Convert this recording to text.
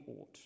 ought